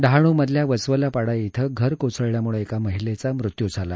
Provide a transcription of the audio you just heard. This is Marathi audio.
डहाणूमधील वसवलापाडा इथं घर कोसळल्यामुळं एका महिलेचा मृत्यू झाला